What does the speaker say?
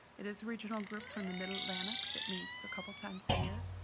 it is regional group from the middle atlantic that meets a couple of times a year.